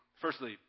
Firstly